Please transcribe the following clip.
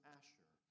Asher